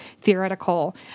theoretical